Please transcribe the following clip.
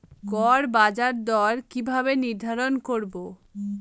গড় বাজার দর কিভাবে নির্ধারণ করব?